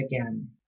again